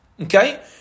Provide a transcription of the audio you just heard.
Okay